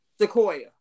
Sequoia